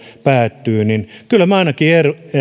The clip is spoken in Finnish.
päättyy niin kyllä minä ainakin